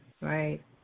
right